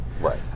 Right